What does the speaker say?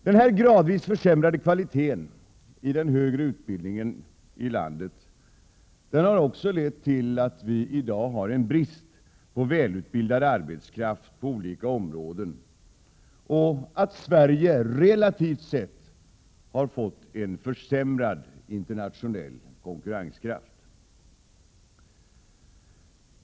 Den här gradvis försämrade kvaliteten i den högre utbildningen i landet har också lett till att vi i dag har en brist på välutbildad arbetskraft på olika: områden och att vi relativt sett har fått en försämrad internationell konkurrenskraft.